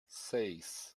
seis